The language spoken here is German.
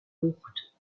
bucht